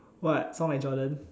what sound like Jordan